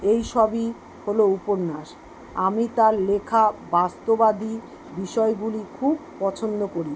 এইসবই হলো উপন্যাস আমি তার লেখা বাস্তবাদী বিষয়গুলি খুব পছন্দ করি